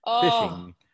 fishing